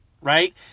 right